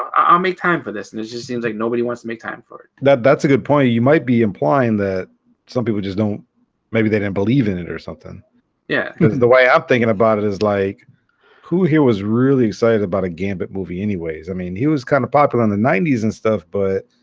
um make time for this and it just seems like nobody wants to make time for it that that's a good point you might be implying that some people just don't maybe they didn't believe in it or something yeah the way i'm thinking about it is like who here was really excited about a gambit movie anyways i mean he was kind of popular on the ninety s and stuff but